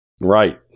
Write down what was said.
Right